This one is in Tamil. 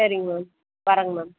சரிங்க மேம் வரறேங்க மேம்